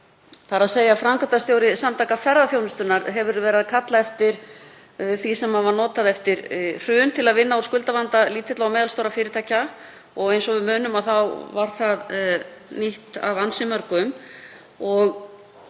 gömul tillaga. Framkvæmdastjóri Samtaka ferðaþjónustunnar hefur verið að kalla eftir því sem var notað eftir hrun til að vinna úr skuldavanda lítilla og meðalstórra fyrirtækja, og eins og við munum þá var það nýtt af ansi mörgum,